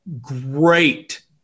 great